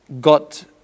got